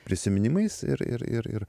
prisiminimais ir ir ir ir